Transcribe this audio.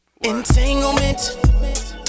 Entanglement